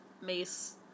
mace